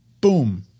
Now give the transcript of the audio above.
Boom